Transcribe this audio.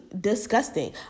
disgusting